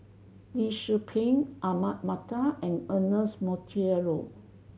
Lee Tzu Pheng Ahmad Mattar and Ernest Monteiro